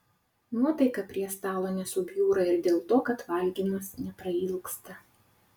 nuotaika prie stalo nesubjūra ir dėl to kad valgymas neprailgsta